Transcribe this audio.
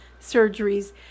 surgeries